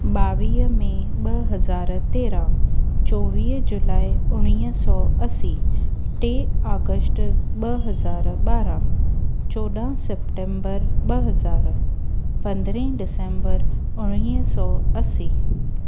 ॿावीह में ॿ हज़ार तेरहं चोवीह जुलाई उणिवीह सौ असीं टे ऑगस्ट ॿ हज़ार ॿारहं चोॾहं सेप्टेंबर ॿ हज़ार पंद्रही डिसंबर उणिवीह सौ असीं